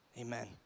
Amen